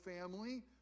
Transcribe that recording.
family